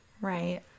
Right